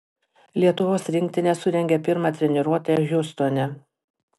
lietuvos rinktinė surengė pirmą treniruotę hjustone